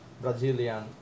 Brazilian